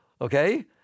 okay